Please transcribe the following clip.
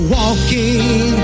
walking